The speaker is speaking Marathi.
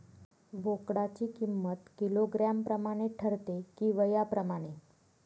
बोकडाची किंमत किलोग्रॅम प्रमाणे ठरते कि वयाप्रमाणे?